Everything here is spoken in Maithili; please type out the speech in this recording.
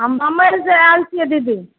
हम बम्बइसँ आयल छियै दीदी